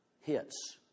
hits